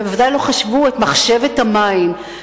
ובוודאי לא חשבו את מחשבת המים,